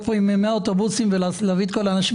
פה עם מאה אוטובוסים ולהביא את האנשים,